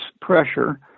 pressure